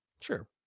Sure